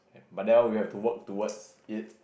but then we have to work towards it